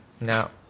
No